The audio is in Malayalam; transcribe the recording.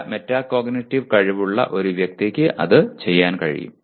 നല്ല മെറ്റാകോഗ്നിറ്റീവ് കഴിവുള്ള ഒരു വ്യക്തിക്ക് അത് ചെയ്യാൻ കഴിയും